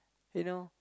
you know